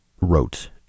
wrote